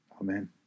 Amen